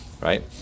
right